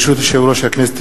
ברשות יושב-ראש הכנסת,